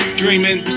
dreaming